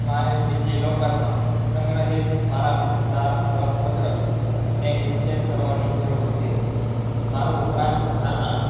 મારે ડિજિલોકરમાં સંગ્રહિત મારા મતદાર ઓળખપત્રને એક્સેસ કરવાની જરુર છે મારું વપરાશકર્તા નામ